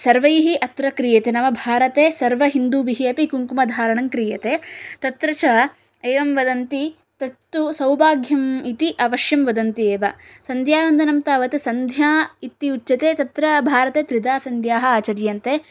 सर्वैः अत्र क्रियते नाम भारते सर्वहिन्दुभिः अपि कुङ्कुमधारणं क्रियते तत्र च एवं वदन्ति तत्तु सौभाग्यम् इति अवश्यं वदन्ति एव सन्ध्यावन्दनं तावत् सन्ध्या इति उच्यते तत्र भारते त्रिधा सन्ध्याः आचर्यन्ते